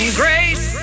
grace